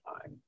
time